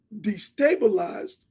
destabilized